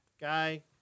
guy